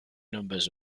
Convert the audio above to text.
numbers